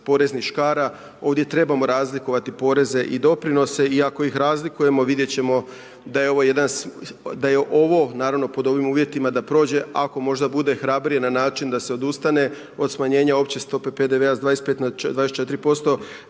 poreznih škara. Ovdje trebamo razlikovati poreze i doprinose i ako ih razlikujemo vidjet ćemo da je ovo, naravno pod ovim uvjetima da prođe, ako možda bude hrabrije na način da se odustane od smanjenja opće stope PDV-a s 25 na 24%,